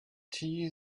tea